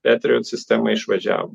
patriot sistema išvažiavo